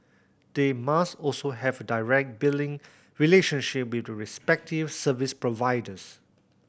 they must also have direct billing relationship with the respective service providers